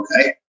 okay